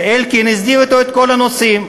שאלקין הסדיר אתו את כל הנושאים.